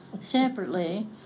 separately